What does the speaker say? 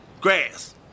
Grass